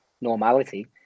normality